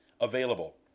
available